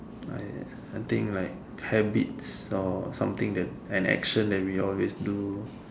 I I think like habits or something that an action that we always do